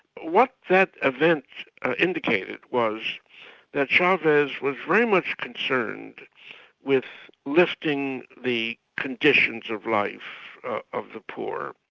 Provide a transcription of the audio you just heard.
what that event indicated was that chavez was very much concerned with lifting the conditions of life of the poor.